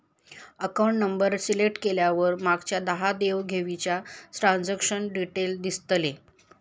account number select केल्यावर मागच्या दहा देव घेवीचा ट्रांजॅक्शन डिटेल दिसतले